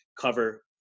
cover